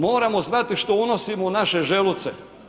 Moramo znati što unosimo u naše želuce.